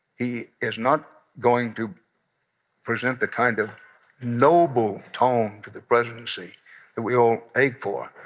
he is not going to present the kind of noble tone for the presidency that we all ache for